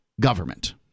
government